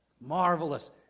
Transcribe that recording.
marvelous